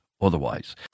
otherwise